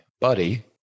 buddy